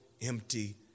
empty